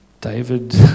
David